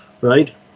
right